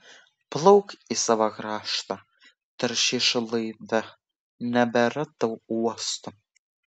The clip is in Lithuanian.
plauk į savo kraštą taršišo laive nebėra tau uosto